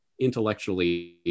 intellectually